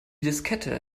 diskette